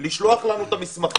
הוא צריך לשלוח לנו את המסמכים.